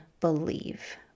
believe